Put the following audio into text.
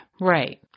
Right